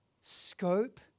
scope